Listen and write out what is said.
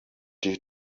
due